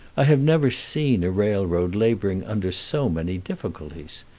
i have never seen a railroad laboring under so many difficulties.